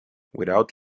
without